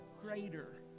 Greater